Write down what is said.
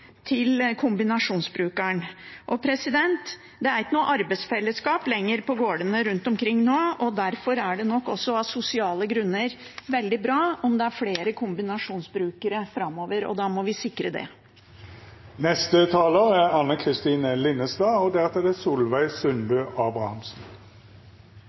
Det er ikke noe arbeidsfellesskap lenger på gårdene rundt omkring nå, og derfor er det nok også av sosiale grunner veldig bra om det er flere kombinasjonsjordbrukere framover. Da må vi sikre det. Jeg er stolt av den norske bonden, og